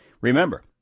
Remember